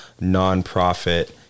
nonprofit